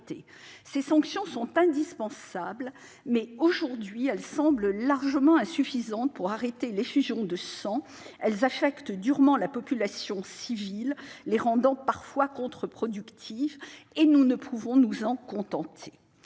Ces sanctions sont indispensables, mais, aujourd'hui, elles semblent nettement insuffisantes pour arrêter l'effusion de sang. Elles affectent durement la population civile et deviennent parfois contre-productives. Nous ne pouvons nous en contenter.